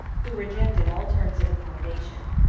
who rejected all terms of accommodation.